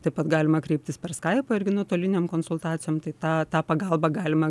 taip pat galima kreiptis per skaipą irgi nuotolinėm konsultacijom tai tą tą pagalbą galima